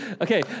Okay